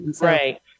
right